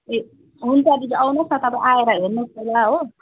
ए हुन्छ दिदी आउनोस् न तपाईँ आएर हेर्नोस् पहिला हो